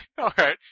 Okay